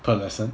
per lesson